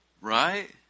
Right